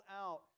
out